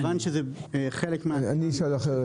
מכיוון שזה חלק --- אני אשאל אחרת,